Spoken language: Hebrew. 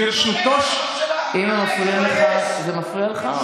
זה מפריע לך?